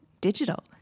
digital